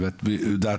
את יודעת,